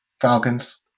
Falcons